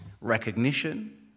recognition